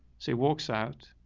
say walks out.